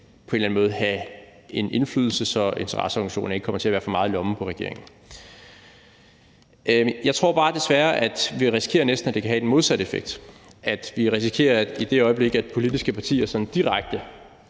på en eller anden måde skal have noget indflydelse, så interesseorganisationerne ikke kommer til at være for meget i lommen på regeringen. Jeg tror desværre bare, at vi risikerer, at det næsten kan have den modsatte effekt, altså at vi risikerer, at de, i det øjeblik politiske partier direkte